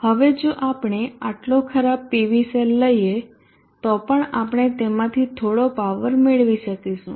હવે જો આપણે આટલો ખરાબ PV સેલ લઈએ તો પણ આપણે તેમાંથી થોડો પાવર મેળવી શકીશું